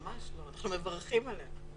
ממש לא, אנחנו מברכים עליהם.